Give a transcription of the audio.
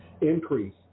increase